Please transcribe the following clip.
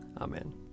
Amen